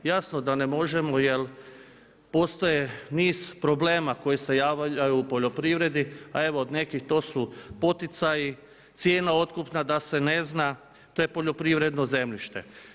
Jasno da ne možemo jer postoji niz problema koji se javljaju u poljoprivredi a evo od nekih to su poticaji, cijena otkupna da se ne zna, to je poljoprivredno zemljište.